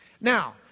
Now